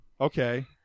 Okay